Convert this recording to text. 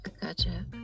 gotcha